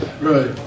Right